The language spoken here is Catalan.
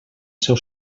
seu